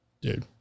Dude